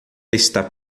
está